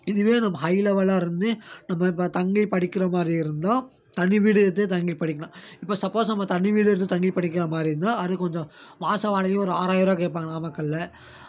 இதுவே நம்ம ஹை லெவலாக இருந்து நம்ம இப்போ தங்கி படிக்கிற மாதிரி இருந்தால் தனி வீடு எடுத்து தங்கி படிக்கலாம் இப்போ சப்போஸ் நம்ம தனி வீடு எடுத்து தங்கி படிக்கிற மாதிரி இருந்தால் அது கொஞ்சம் மாத வாடகையும் ஒரு ஆறாயிரம் கேட்பாங்க நாமக்கலில்